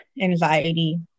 anxiety